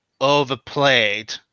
overplayed